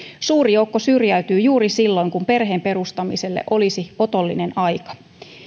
suuri joukko syrjäytyy juuri silloin kun perheen perustamiselle olisi otollinen aika